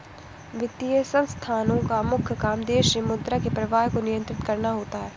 वित्तीय संस्थानोँ का मुख्य काम देश मे मुद्रा के प्रवाह को नियंत्रित करना होता है